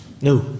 No